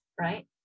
right